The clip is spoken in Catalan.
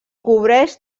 cobreix